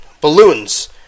Balloons